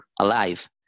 alive